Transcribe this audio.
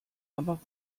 aber